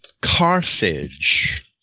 Carthage